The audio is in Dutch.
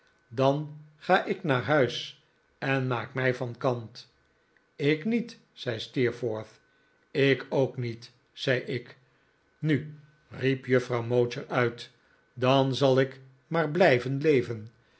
dan ga ik naar huis en maak mij van kant ik niet zei steerforth ik ook niet zei ik david copperfield nu riep juffrouw mowcher uit dan zal ik maar blijven leven